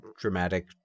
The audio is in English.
dramatic